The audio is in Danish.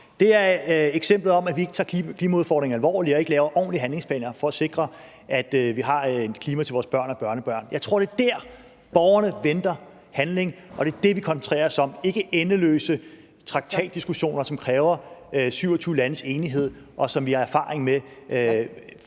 lave løndumping; det, at vi ikke tager klimaudfordringerne alvorligt og ikke laver ordentlige handlingsplaner for at sikre, at vi har et klima til vores børn og børnebørn. Jeg tror, det er der, borgerne venter handling, og det er det, vi koncentrerer os om, ikke om endeløse traktatdiskussioner, som kræver 27 landes enighed, og som vi har erfaring med